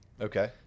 okay